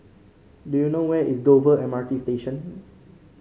do you know where is Dover M R T Station